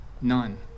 None